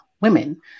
women